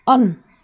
on